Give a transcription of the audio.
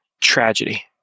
tragedy